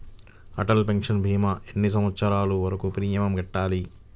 Atal pension భీమా ఎన్ని సంవత్సరాలు వరకు ప్రీమియం కట్టాలి?